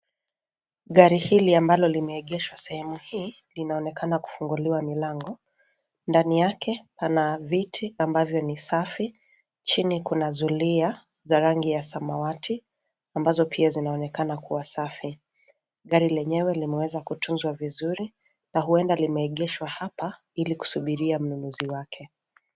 Gari hili ambalo limeegeshwa sehemu hii inaonekana kufunguliwa mlango. Ndani yake pana viti ambavyo ni safi, chini kuna zulia za rangi ya samawati ambazo pia zinaonekana kuwa safi. Gari lenyewe limeweza kutunzwa vizuri na huenda limeegeshwa hapa ili kusubiria mnunuzi wake.